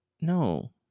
No